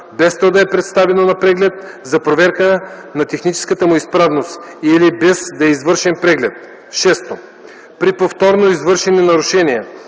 да е представено на преглед за проверка на техническата му изправност или без да е извършен преглед; 6. при повторно извършени нарушения